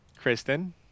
Kristen